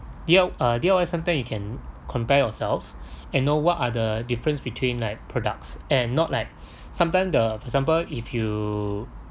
D_I~ uh D_I_Y sometimes you can compare yourself and know what are the difference between like products and not like sometime the for example if you